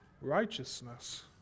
righteousness